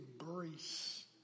embrace